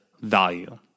value